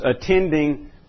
attending